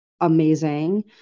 amazing